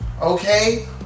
Okay